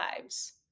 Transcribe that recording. lives